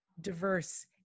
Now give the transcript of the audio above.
diverse